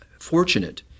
fortunate